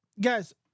guys